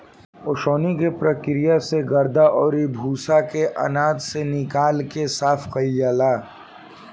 ओसवनी के प्रक्रिया से गर्दा अउरी भूसा के आनाज से निकाल के साफ कईल जाला